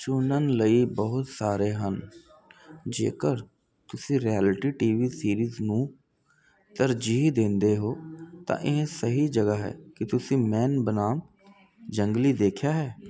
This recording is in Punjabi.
ਚੁਣਨ ਲਈ ਬਹੁਤ ਸਾਰੇ ਹਨ ਜੇਕਰ ਤੁਸੀਂ ਰਿਐਲਿਟੀ ਟੀ ਵੀ ਸੀਰੀਜ਼ ਨੂੰ ਤਰਜੀਹ ਦਿੰਦੇ ਹੋ ਤਾਂ ਇਹ ਸਹੀ ਜਗ੍ਹਾ ਹੈ ਕੀ ਤੁਸੀਂ ਮੈਨ ਬਨਾਮ ਜੰਗਲੀ ਦੇਖਿਆ ਹੈ